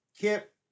Kip